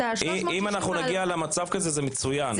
אם נגיע למצב כזה זה מצוין,